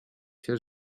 się